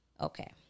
Okay